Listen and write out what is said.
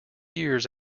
years